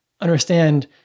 understand